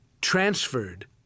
transferred